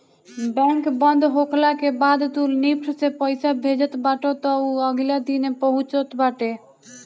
bank बंद होखला के बाद तू निफ्ट से पईसा भेजत बाटअ तअ उ अगिला दिने पहुँचत बाटे